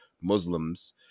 Muslims